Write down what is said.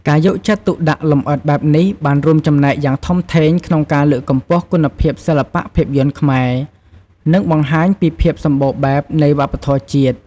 ការយកចិត្តទុកដាក់លម្អិតបែបនេះបានរួមចំណែកយ៉ាងធំធេងក្នុងការលើកកម្ពស់គុណភាពសិល្បៈភាពយន្តខ្មែរ និងបង្ហាញពីភាពសម្បូរបែបនៃវប្បធម៌ជាតិ។